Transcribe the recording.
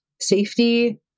safety